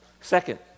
Second